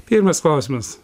pirmas klausimas